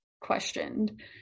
questioned